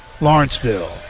Lawrenceville